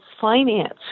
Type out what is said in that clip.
finance